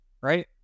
Right